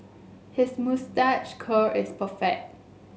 his moustache curl is perfect